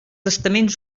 estaments